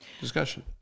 discussion